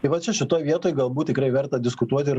tai va čia šitoj vietoj galbūt tikrai verta diskutuoti ir